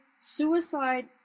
suicide